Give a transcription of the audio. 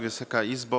Wysoka Izbo!